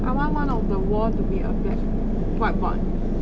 I want one of the wall to be a black whiteboard